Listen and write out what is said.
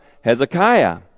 Hezekiah